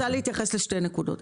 אני רוצה להתייחס לשתי נקודות,